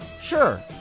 sure